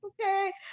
okay